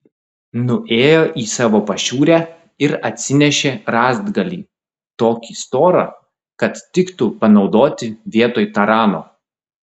nuėjo į savo pašiūrę ir atsinešė rąstgalį tokį storą kad tiktų panaudoti vietoj tarano